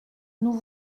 nous